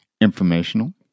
Informational